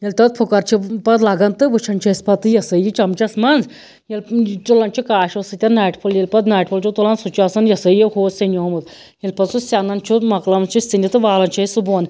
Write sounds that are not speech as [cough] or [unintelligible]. ییٚلہِ تَتھ پھٕکَر چھُ پَتہٕ لَگان تہٕ وُچھان چھِ أسۍ پَتہٕ یہِ ہسا یہِ چَمچَس منٛز [unintelligible] تُلَن چھِ کاشوٕ سۭتۍ ناٹہِ پھوٚل ییٚلہِ پَتہٕ ناٹہِ پھوٚل چھِ تُلان سُہ چھُ آسان یہِ ہسا یہِ ہُو سیٚنیٛومُت ییٚلہِ پَتہٕ سُہ سیٚنَن چھُ مۄکلان چھُ سیٚنِتھ تہٕ والان چھِ أسۍ سُہ بۄن